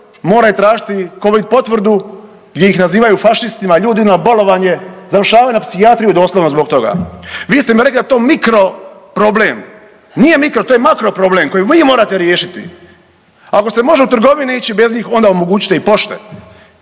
mora ih tražiti covid potvrdu gdje ih nazivaju fašistima, ljudi na bolovanju, završavaju na psihijatriji doslovno zbog toga. Vi ste mi rekli da je to mikro problem, nije mikro to je makro problem koji vi morate riješiti. Ako se može u trgovinu ići bez njih onda omogućite i pošte.